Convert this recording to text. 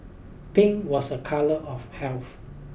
pink was a colour of health